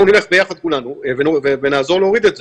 בואו נלך ביחד כולנו ונעזור להוריד את זה.